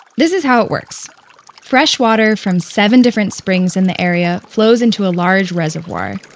this is how it works fresh water from seven different springs in the area flows into a large reservoir.